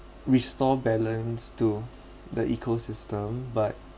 restore balance to the ecosystem but